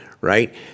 right